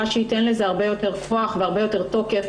שתיתן לזה הרבה יותר כוח והרבה יותר תוקף,